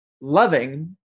loving